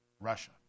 Russia